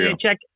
check